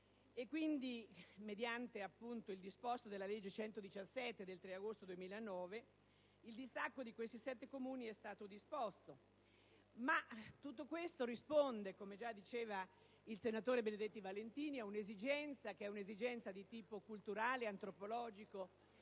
Quindi, mediante il disposto della legge n. 117 del 3 agosto 2009, il distacco di questi sette Comuni è stato avviato. Ma tutto questo risponde, come già diceva il senatore Benedetti Valentini, ad una esigenza di tipo culturale, antropologico,